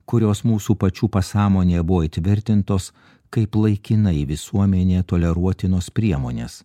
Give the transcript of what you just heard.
kurios mūsų pačių pasąmonėje buvo įtvirtintos kaip laikinai visuomenėje toleruotinos priemonės